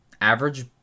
average